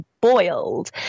boiled